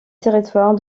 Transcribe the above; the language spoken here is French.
territoire